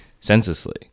senselessly